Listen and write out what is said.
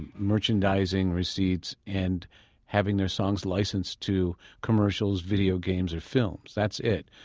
merchandising receipts and having their songs licensed to commercials video games or films. that's it.